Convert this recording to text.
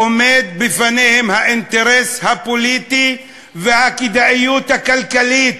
עומדים בפניהם האינטרס הפוליטי והכדאיות הכלכלית.